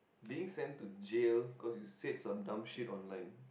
being to sent to jail because you said some dumb shit online